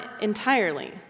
entirely